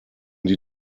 die